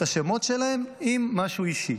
השמות שלהם עם משהו אישי.